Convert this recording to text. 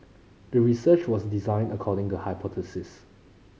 the research was designed according the hypothesis